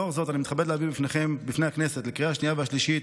לאור זאת אני מתכבד להביא בפני הכנסת לקריאה השנייה ולקריאה והשלישית